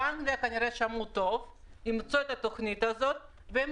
באנגליה שמעו כנראה טוב ואימצו את התוכנית הזו והם